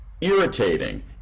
irritating